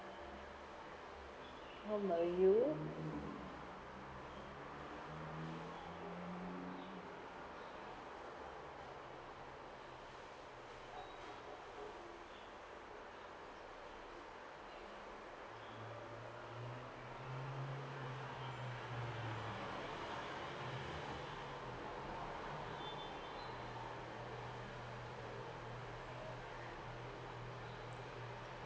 how about you